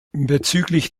bezüglich